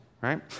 right